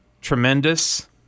tremendous